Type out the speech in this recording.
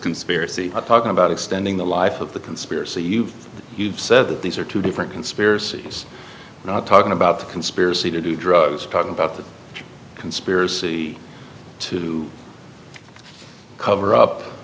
conspiracy talking about extending the life of the conspiracy you've said that these are two different conspiracies talking about the conspiracy to do drugs talking about the conspiracy to cover up